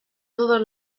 todos